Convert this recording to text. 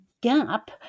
gap